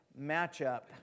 matchup